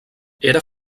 era